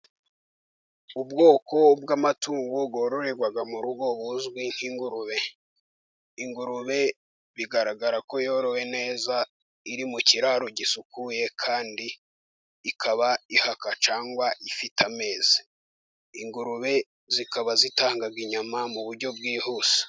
Ubwoko bw'amatungo bwororerwa mu rugo buzwi nk'ingurube. Ingurube bigaragara ko yorowe neza, iri mu kiraro gisukuye kandi ikaba ihaka cyangwa ifite amezi. Ingurube zikaba zitanga inyama mu buryo bwihuse.